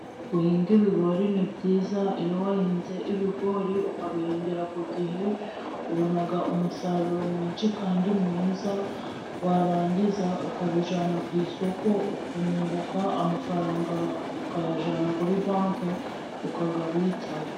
Guhinga ibigori ni byiza, iyo wahinze ibigori ukabihingira ku gihe, ubona umusaruro mwinshi kandi mwiza, warangiza ukabijyana ku isoko, ukunguka amafaranga, ukayajyana kuri banki, ukayabitsayo.